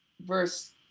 verse